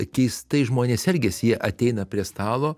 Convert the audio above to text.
keistai žmonės elgiasi jie ateina prie stalo